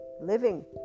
living